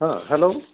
हां हॅलो